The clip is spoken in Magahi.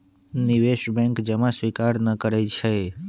निवेश बैंक जमा स्वीकार न करइ छै